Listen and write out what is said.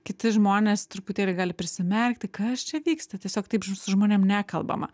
kiti žmonės truputėlį gali prisimerkti kas čia vyksta tiesiog taip su žmonėm nekalbama